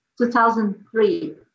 2003